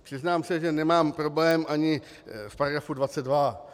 Přiznám se, že nemám problém ani v § 22.